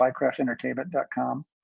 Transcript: spycraftentertainment.com